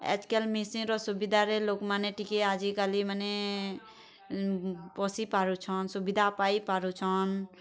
ଆଜ୍କାଲ୍ ମେସିନ୍ର ସୁବିଧାରେ ଲୁକ୍ମାନେ ଟିକେ ଆଜିକାଲି ମାନେ ପଶି ପାରୁଛନ୍ ସୁବିଧା ପାଇ ପାରୁଛନ୍